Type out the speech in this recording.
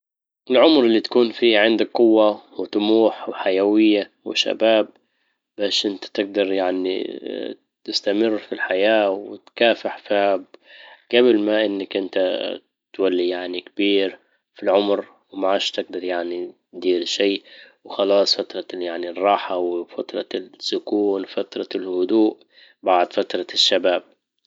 العمر اللي تكون فيه عندك قوة وطموح وحيوية وشباب باش انت تقدر يعني تستمر في الحياة وتكافح قبل ما انك انت تولي يعني كبير في العمر. ومعاش تقدر يعني تدير شي وخلاص يعني الراحة وفترة السكون فترة الهدوء بعد فترة الشباب.